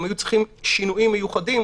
הם היו צריכים שינויים מיוחדים,